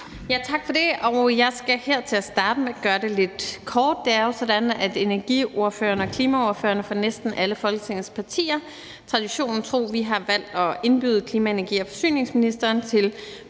Tak for det. Jeg skal her til at starte med gøre det lidt kort. Det er jo sådan, at energiordførerne og klimaordførerne fra næsten alle Folketingets partier traditionen tro har valgt at indbyde klima-, energi- og forsyningsministeren til